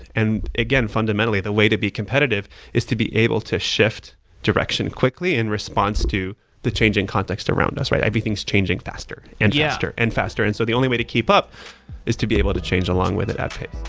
and again, fundamentally, the way to be competitive is to be able to shift direction quickly in response to the changing context around us. everything's changing faster and yeah faster and faster, and so the only way to keep up is to be able to change along with it at